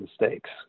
mistakes